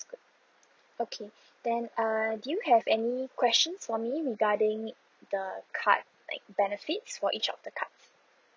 good okay then err do you have any questions for me regarding the card like benefits for each of the cards